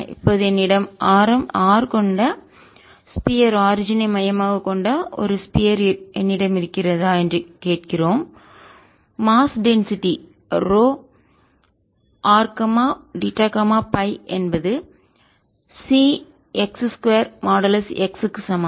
இப்போது என்னிடம் ஆரம் r கொண்ட ஸ்பியர் கோளத்தின் ஆரிஜின் ஐ மையமாகக் கொண்ட ஒரு ஸ்பியர் கோளம் என்னிடம் இருக்கிறதா என்று கேட்கிறோம் மாஸ் டென்சிட்டிஅடர்த்தி ρr θФ என்பது Cx 2 மாடுலஸ் z க்கு சமம்